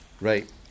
Right